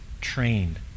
trained